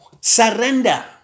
surrender